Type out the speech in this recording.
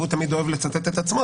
והוא תמיד אוהב לצטט את עצמו.